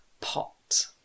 pot